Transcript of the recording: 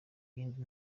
yindi